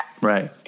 Right